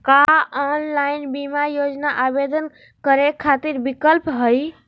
का ऑनलाइन बीमा योजना आवेदन करै खातिर विक्लप हई?